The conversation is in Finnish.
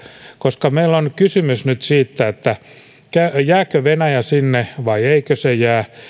koska meillä on nyt kysymys siitä jääkö venäjä sinne vai eikö se jää